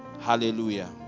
Hallelujah